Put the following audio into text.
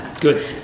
good